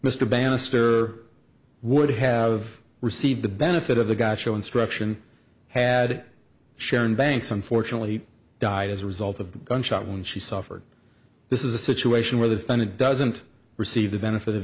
bannister would have received the benefit of the god show instruction had sharon banks unfortunately died as a result of the gunshot wound she suffered this is a situation where the senate doesn't receive the benefit of